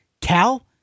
Cal